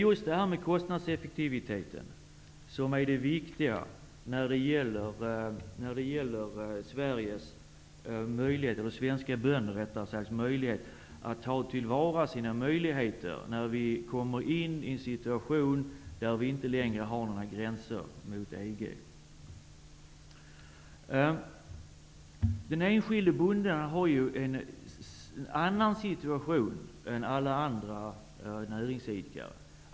Just kostnadseffektiviteten är det som är viktigt för svenska bönders förutsättningar att ta till vara sina möjligheter i en situation där vi inte längre har några gränser mot EG. Den enskilde bonden har en annan situation än alla andra näringsidkare.